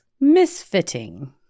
Misfitting